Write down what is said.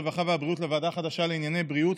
הרווחה והבריאות לוועדה חדשה לענייני בריאות,